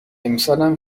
امسالم